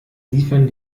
liefern